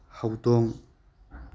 ꯍꯧꯗꯣꯡ